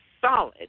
solid